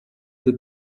peut